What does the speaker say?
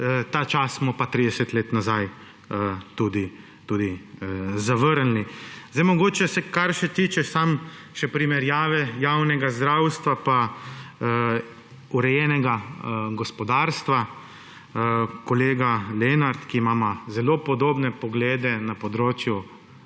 Ta čas smo pa 30 let nazaj tudi zavrnili. Mogoče še kar se tiče primerjave javnega zdravstva pa urejenega gospodarstva. Kolega Lenart, s katerim imava zelo podobne poglede na področju